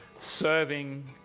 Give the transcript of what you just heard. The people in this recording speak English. serving